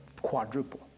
quadruple